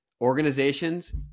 organizations